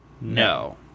no